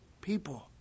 people